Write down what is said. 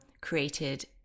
created